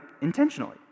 intentionally